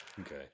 Okay